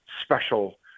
Special